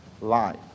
life